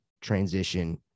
transition